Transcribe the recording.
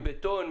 מבטון,